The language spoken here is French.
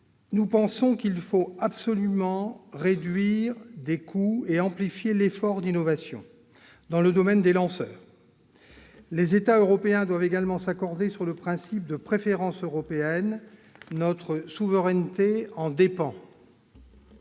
budget, il faut absolument réduire les coûts et amplifier l'effort d'innovation dans le domaine des lanceurs. Les États européens doivent également s'accorder sur le principe de « préférence européenne ». Notre souveraineté en dépend.